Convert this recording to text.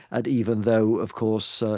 and even though, of course,